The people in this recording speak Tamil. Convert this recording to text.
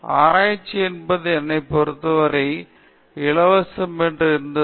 ஆராய்ச்சி என்பது என்னை பொறுத்தவரை இலவசம் என்று இருந்தது